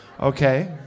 Okay